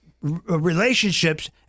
relationships